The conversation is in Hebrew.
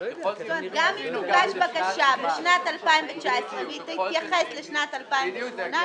--- גם אם תוגש בקשה לשנת 2019 והיא תתייחס לשנת 2018. בדיוק.